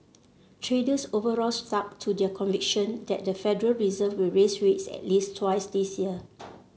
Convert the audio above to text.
traders overall stuck to their conviction that the Federal Reserve will raise rates at least twice this year